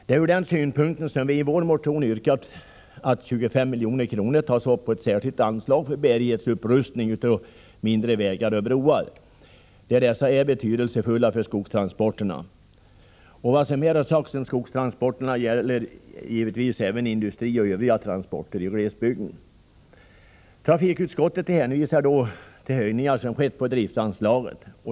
Det är ur den synpunkten som vi i vår motion har yrkat att 25 milj.kr. skall tas upp på ett särskilt anslag för bärighetsupprustning av mindre vägar och broar, där dessa är betydelsefulla för skogstransporterna. Vad som här har sagts om skogstransporterna gäller givetvis industrioch Övriga transporter i glesbygden. Trafikutskottet hänvisar till höjningar som har skett på driftsanslaget.